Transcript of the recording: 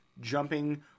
jumping